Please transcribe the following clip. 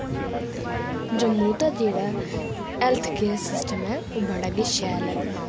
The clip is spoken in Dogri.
जम्मू दा जेह्ड़ा हैल्थ केयर सिस्टम ऐ ओह् बड़ा गै शैल ऐ